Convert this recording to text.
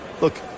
Look